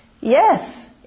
Yes